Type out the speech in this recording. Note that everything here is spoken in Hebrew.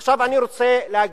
עכשיו, אני רוצה להגיד.